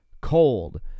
cold